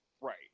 Right